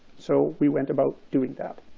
so we went about doing that.